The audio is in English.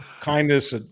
kindness